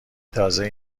تازه